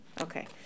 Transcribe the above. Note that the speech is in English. okay